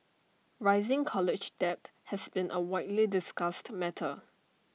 rising college debt has been A widely discussed matter